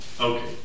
Okay